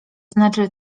znaczy